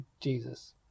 Jesus